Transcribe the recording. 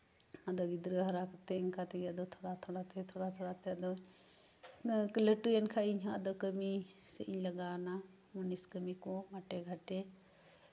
ᱟᱫᱚ ᱜᱤᱫᱽᱨᱟᱹ ᱦᱟᱨᱟ ᱠᱟᱛᱮ ᱤᱱᱠᱟᱹ ᱛᱮᱜᱮ ᱛᱷᱚᱲᱟᱼᱛᱷᱚᱲᱟ ᱛᱮ ᱟᱫᱚ ᱮᱸᱜ ᱞᱟᱴᱩᱭᱮᱱ ᱠᱷᱟᱡ ᱟᱫᱚ ᱤᱧ ᱦᱚᱸ ᱠᱟᱢᱤ ᱥᱮᱡ ᱤᱧ ᱞᱟᱜᱟᱭᱮᱱᱟ ᱢᱩᱱᱤᱥ ᱠᱟᱹᱢᱤ ᱠᱚ ᱢᱟᱴᱷᱮᱼᱜᱷᱟᱴᱮ